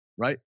Right